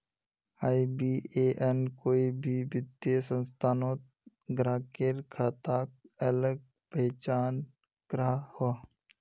IBAN कोई भी वित्तिय संस्थानोत ग्राह्केर खाताक अलग पहचान कराहा